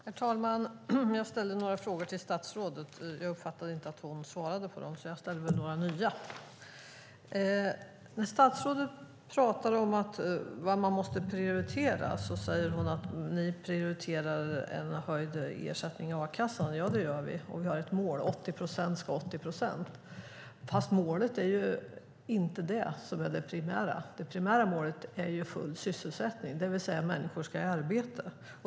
Herr talman! Jag ställde några frågor till statsrådet men uppfattar inte att hon svarat på dem så jag ställer några nya frågor. När statsrådet talar om vad man måste prioritera säger hon att vi prioriterar höjd ersättning i a-kassan. Ja, det gör vi, och vi har målet att 80 procent ska ha 80 procent. Men det är inte det primära, utan det primära målet är full sysselsättning - att människor ska komma i arbete.